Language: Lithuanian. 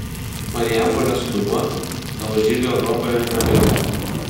marijampolės sūduva savo žygio europoje nebaigė